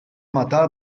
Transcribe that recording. matar